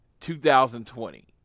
2020